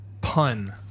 Pun